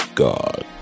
god